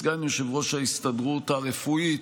סגן יושב-ראש ההסתדרות הרפואית,